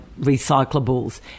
recyclables